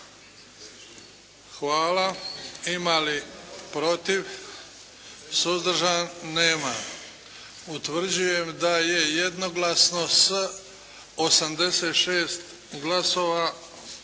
Hvala. Ima li protiv? Suzdržan? Nema. Utvrđujem da je jednoglasno sa 86 glasova usvojena